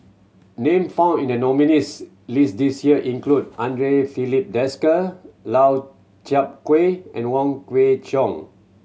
name found in the nominees' list this year include Andre Filipe Desker Lau Chiap Khai and Wong Kwei Cheong